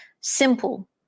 simple